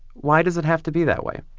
why does it have to be that way?